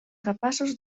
capaços